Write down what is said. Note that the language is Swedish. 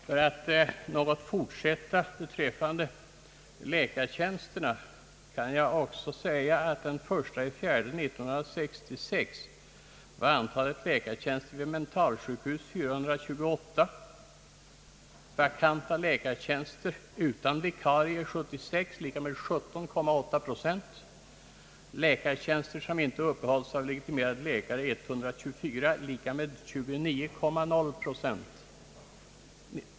För att något fortsätta beträffande läkartjänsterna kan jag också säga att den 1 april 1966 var antalet läkartjänster vid mentalsjukhus 428, antalet vakanta läkartjänster utan vikarie 76 = 17,8 procent och antalet läkartjänster som icke uppehålles av legitimerad läkare 124 = 29,0 procent.